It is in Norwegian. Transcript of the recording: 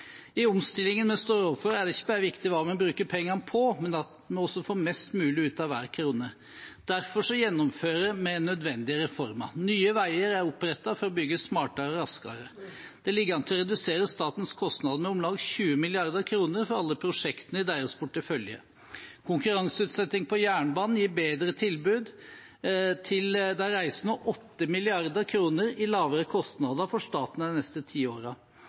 I omstillingen vi står overfor, er det ikke bare viktig hva vi bruker pengene på, men også at vi får mest mulig ut av hver krone. Derfor gjennomfører vi nødvendige reformer. Nye Veier er opprettet for å bygge smartere og raskere. Det ligger an til å redusere statens kostnader med om lag 20 mrd. kr for alle prosjektene i deres portefølje. Konkurranseutsetting på jernbanen gir bedre tilbud til de reisende og 8 mrd. kr i lavere kostnader for staten de neste ti